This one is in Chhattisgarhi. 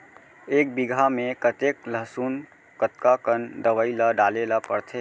एक बीघा में कतेक लहसुन कतका कन दवई ल डाले ल पड़थे?